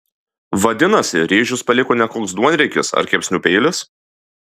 vadinasi rėžius paliko ne koks duonriekis ar kepsnių peilis